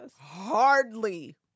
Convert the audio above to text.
hardly